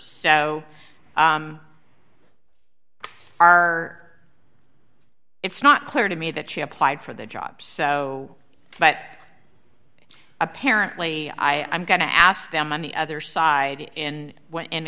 so are it's not clear to me that she applied for the job so that apparently i'm going to ask them on the other side and when an